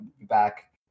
back